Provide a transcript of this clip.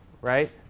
right